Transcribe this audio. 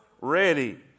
ready